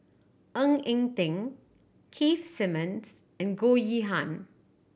Ng Eng Teng Keith Simmons and Goh Yihan